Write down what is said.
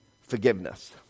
forgiveness